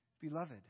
Beloved